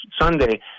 Sunday